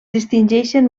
distingeixen